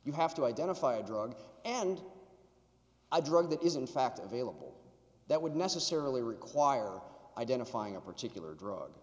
you have to identify a drug and i drug that is in fact available that would necessarily require identifying a particular drug